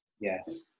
Yes